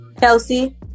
Kelsey